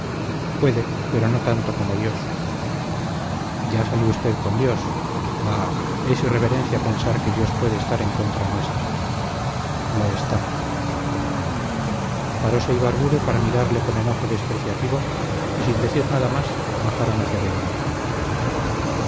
puede pero no tanto como dios ya sale usted con dios bah es irreverencia pensar que dios puede estar en contra nuestra lo está parose ibarburu para mirarle con enojo despreciativo y sin decir nada más bajaron hacia begoña